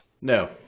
No